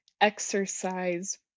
exercise